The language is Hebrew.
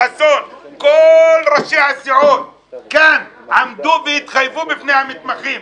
חסון וכל ראשי הסיעות כאן עמדו והתחייבו בפני המתמחים,